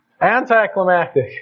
Anticlimactic